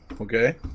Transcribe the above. Okay